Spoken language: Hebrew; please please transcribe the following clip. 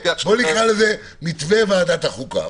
נקרא לזה מתווה ועדת החוקה.